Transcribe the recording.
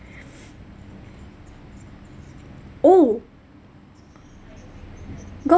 !ow!